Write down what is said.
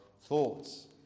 thoughts